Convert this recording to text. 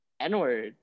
n-word